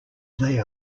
they